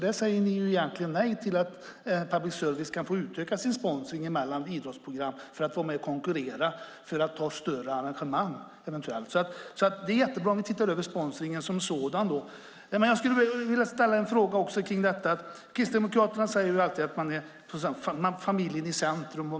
Ni säger egentligen nej till att public service ska få utöka sin sponsring mellan idrottsprogram för att vara med och konkurrera om större arrangemang. Det är bra att titta över sponsringen. Jag vill ställa en fråga om att Kristdemokraterna alltid sätter familjen i centrum.